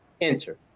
enter